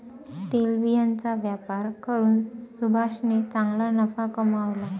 तेलबियांचा व्यापार करून सुभाषने चांगला नफा कमावला